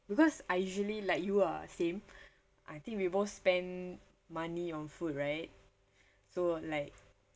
because I usually like you ah same I think we both spend money on food right so like